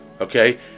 Okay